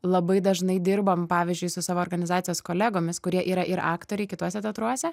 labai dažnai dirbam pavyzdžiui su savo organizacijos kolegomis kurie yra ir aktoriai kituose teatruose